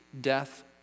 death